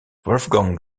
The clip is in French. wolfgang